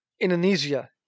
Indonesia